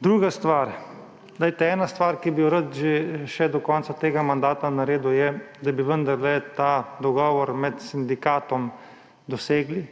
Druga stvar. Ena stvar, ki bi jo rad še do konca tega mandata naredil, je, da bi vendarle ta dogovor med sindikatom dosegli,